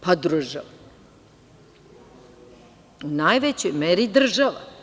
Pa, država, u najvećoj meri država.